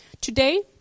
Today